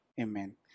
Amen